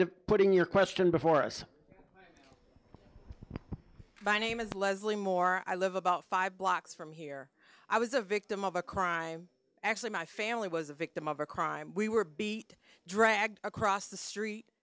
the putting your question before us by name is leslie moore i live about five blocks from here i was a victim of a crime actually my family was a victim of a crime we were beat dragged across the street